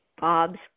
Bob's